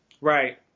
right